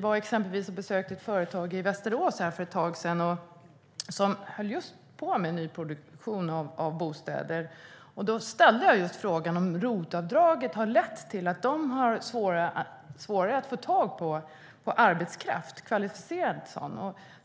För ett tag sedan besökte jag ett företag i Västerås som håller på med nyproduktion av bostäder. Jag frågade om ROT-avdraget lett till att de har svårare att få tag på kvalificerad arbetskraft.